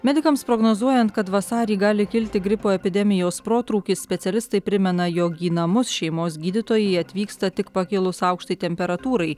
medikams prognozuojant kad vasarį gali kilti gripo epidemijos protrūkis specialistai primena jog į namus šeimos gydytojai atvyksta tik pakilus aukštai temperatūrai